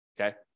Okay